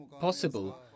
possible